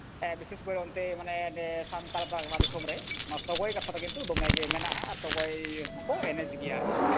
ᱵᱤᱥᱮᱥ ᱠᱚᱨᱮ ᱚᱱᱛᱮ ᱢᱟᱱᱮ ᱥᱟᱱᱛᱟᱲᱯᱟᱨᱜᱟᱱᱟ ᱫᱤᱥᱚᱢ ᱨᱮ ᱚᱱᱟ ᱥᱚᱜᱚᱭ ᱠᱟᱛᱷᱟ ᱫᱚ ᱠᱤᱱᱛᱩ ᱫᱚᱢᱮ ᱜᱮ ᱢᱮᱱᱟᱜᱼᱟ ᱟᱨ ᱥᱚᱜᱚᱭ ᱤᱭᱟᱹ ᱦᱚᱸᱠᱚ ᱮᱱᱮᱡ ᱜᱮᱭᱟ ᱟᱨᱠᱤ